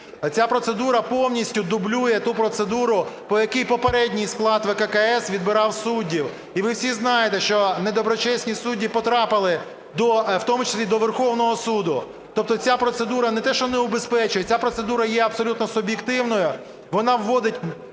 Ця процедура повністю дублює ту процедуру, по якій попередній склад ВККС відбирав суддів. І ви всі знаєте, що недоброчесні судді потрапили в тому числі і до Верховного Суду. Тобто ця процедура не те, що не убезпечує, ця процедура є абсолютно суб'єктивною, вона вводить